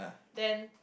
then